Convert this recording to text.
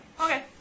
Okay